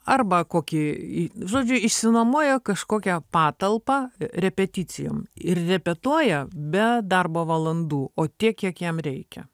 arba kokį žodžiu išsinuomoja kažkokią patalpą repeticijom ir repetuoja be darbo valandų o tiek kiek jiem reikia